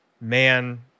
man